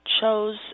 chose